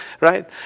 Right